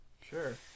Sure